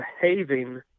behaving